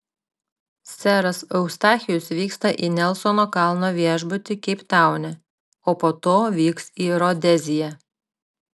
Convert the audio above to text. seras eustachijus vyksta į nelsono kalno viešbutį keiptaune o po to vyks į rodeziją